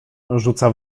rzuca